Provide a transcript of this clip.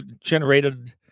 generated